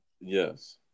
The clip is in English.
Yes